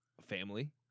family